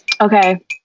Okay